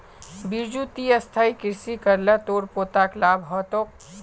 बिरजू ती स्थायी कृषि कर ल तोर पोताक लाभ ह तोक